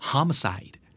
Homicide